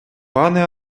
пане